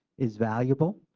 is valuable.